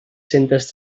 centes